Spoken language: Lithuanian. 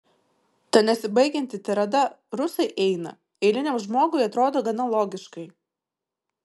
ta nesibaigianti tirada rusai eina eiliniam žmogui atrodo gana logiškai